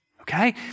Okay